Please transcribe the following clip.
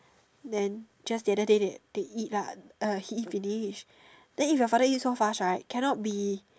then just the other day they they eat lah he eat finish then if the father eat so fast right cannot be